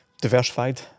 diversified